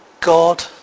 God